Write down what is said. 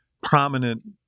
prominent